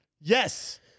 yes